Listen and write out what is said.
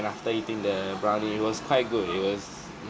and after eating the brownie it was quite good it was